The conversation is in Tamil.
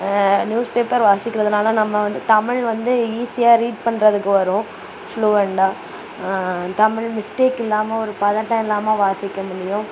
நியூஸ் பேப்பர் வாசிக்கிறதனால நம்ம வந்து தமிழ் வந்து ஈஸியாக ரீட் பண்ணுறதுக்கு வரும் ஃப்ளூயண்டாக தமிழ் மிஸ்டேக் இல்லாமல் ஒரு பதட்டம் இல்லாமல் வாசிக்க முடியும்